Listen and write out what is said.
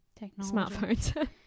smartphones